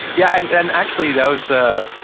yeah. and and actually, that was, ah